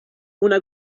una